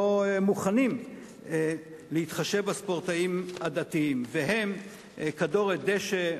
מוכנים להתחשב בספורטאים הדתיים: כדורת-דשא,